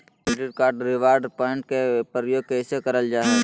Credit card reward point के प्रयोग कैसे करल जा है?